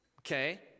okay